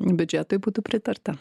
biudžetui būtų pritarta